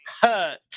hurt